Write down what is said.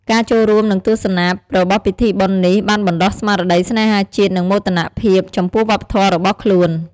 ការចូលរួម និងទស្សនារបស់ពិធីបុណ្យនេះ បានបណ្ដុះស្មារតីស្នេហាជាតិ និងមោទនភាពចំពោះវប្បធម៌របស់ខ្លួន។